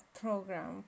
program